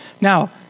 Now